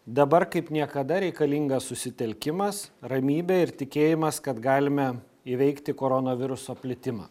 dabar kaip niekada reikalingas susitelkimas ramybė ir tikėjimas kad galime įveikti koronaviruso plitimą